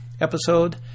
episode